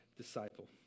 disciple